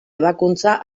ebakuntza